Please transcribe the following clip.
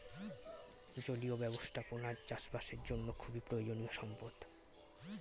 জলীয় ব্যবস্থাপনা চাষবাসের জন্য খুবই প্রয়োজনীয় সম্পদ